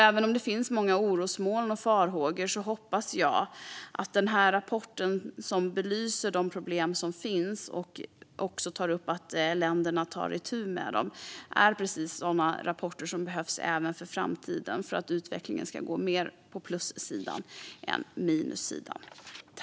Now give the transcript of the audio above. Även om det finns många orosmoln och farhågor menar jag att dessa rapporter, som belyser de problem som finns och också tar upp hur länderna kan ta itu med dem, är precis sådana rapporter som behövs även i framtiden för att utvecklingen ska gå mer åt plushållet än åt minushållet.